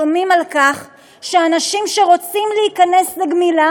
שומעים על אנשים שרוצים להיכנס לגמילה